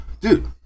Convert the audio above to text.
dude